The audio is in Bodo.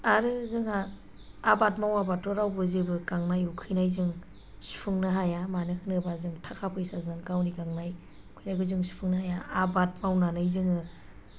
आरो जोंहा आबादा मावाब्लाथ' रावबो जेबो गांनाय उखैनाय जों सुफुंनो हाया मानो होनोब्ला जों थाखा फैसाजों गावनि गांनाय उखैनायखौ जों सुफुंनो हाया आबाद मावनानै जोङो